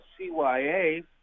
CYA